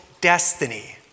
destiny